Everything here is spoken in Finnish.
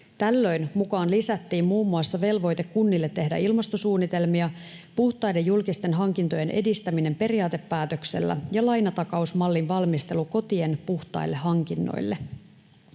Tällöin mukaan lisättiin muun muassa velvoite kunnille tehdä ilmastosuunnitelmia, puhtaiden julkisten hankintojen edistäminen periaatepäätöksellä ja lainatakausmallin valmistelu kotien puhtaille hankinnoille.